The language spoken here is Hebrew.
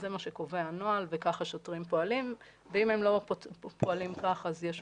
זה מה שקובע הנוהל וככה השוטרים פועלים ואם הם לא פועלים ככה אז יש